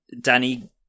Danny